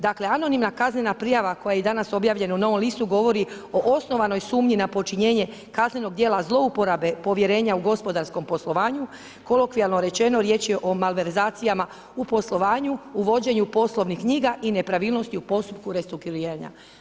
Dakle, anonimna kaznena prijava koja je danas objavljena u Novom listu govori o osnovanoj sumnji na počinjenje kaznenog djela zlouporabe povjerenja u gospodarskom poslovanju, kolokvijalno rečeno riječ je o malverzacijama u poslovanju, u vođenju poslovnih knjiga i nepravilnosti u postupku restrukturiranja.